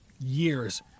years